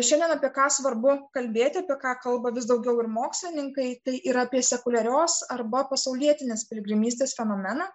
šiandien apie ką svarbu kalbėti apie ką kalba vis daugiau ir mokslininkai tai yra apie sekuliarios arba pasaulietinės piligrimystės fenomeną